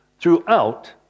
throughout